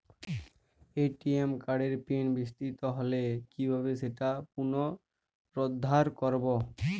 ATM কার্ডের PIN বিস্মৃত হলে কীভাবে সেটা পুনরূদ্ধার করব?